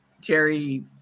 Jerry